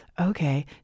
Okay